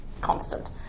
constant